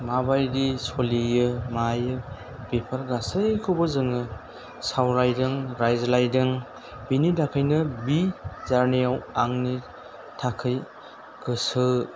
माबायदि सलियो मायो बेफोर गासैखौबो जोङो सावरायदों रायज्लायदों बेनि थाखायनो बि जारनिया आंनि थाखाय गोसो